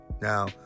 Now